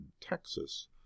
Texas